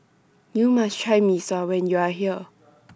YOU must Try Mee Sua when YOU Are here